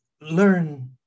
learn